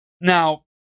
Now